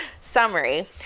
Summary